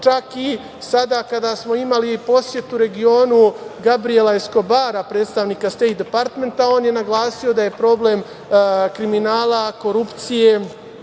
Čak i sada kada smo imali posetu regionu Gabrijela Eskobara, predstavnika Stejt departmenta, on je naglasio da je problem kriminala, korupcije